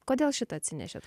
kodėl šitą atsinešėt